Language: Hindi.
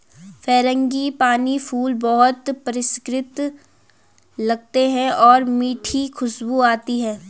फ्रेंगिपानी फूल बहुत परिष्कृत लगते हैं और मीठी खुशबू आती है